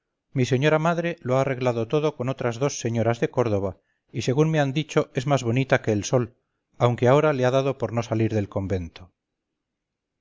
mi señora madre lo ha arreglado todo con otras dos señoras de córdoba y según me han dicho es más bonita que el sol aunque ahora le ha dado por no salir del convento